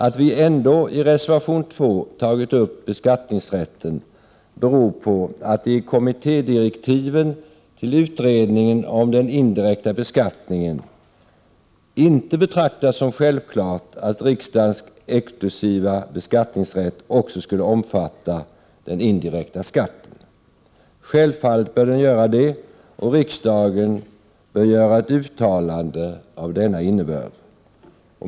Att vi ändå i reservation 2 tagit upp beskattningsrätten beror på att det i kommittédirektiven till utredningen om den indirekta beskattningen inte betraktas som självklart att riksdagens exklusiva beskattningsrätt också skulle omfatta den indirekta skatten. Självfallet bör den göra det, och riksdagen bör göra ett uttalande av denna innebörd.